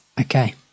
okay